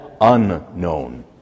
unknown